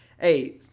hey